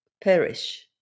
perish